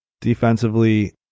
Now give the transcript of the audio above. Defensively